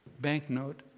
banknote